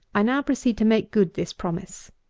i now proceed to make good this promise.